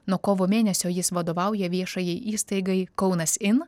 nuo kovo mėnesio jis vadovauja viešajai įstaigai kaunas in